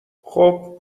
خوب